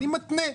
אני מתנה,